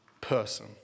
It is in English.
person